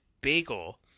Bagel